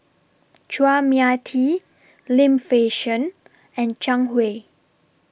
Chua Mia Tee Lim Fei Shen and Zhang Hui